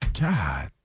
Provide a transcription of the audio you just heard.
God